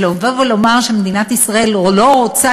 ולבוא ולומר שמדינת ישראל לא רוצה